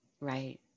Right